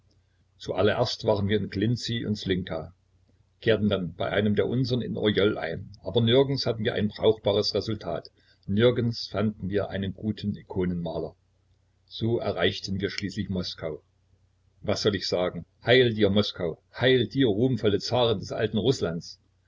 zu allererst waren wir in klinzy und slynka kehrten dann bei einem der unsern in orjol ein aber nirgends hatten wir ein brauchbares resultat nirgends fanden wir einen guten ikonenmaler so erreichten wir schließlich moskau was soll ich sagen heil dir moskau heil dir ruhmvolle zarin des alten rußlands